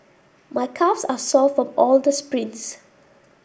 my calves are sore from all the sprints